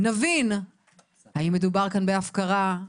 נבין האם מדובר כאן בהפקרה,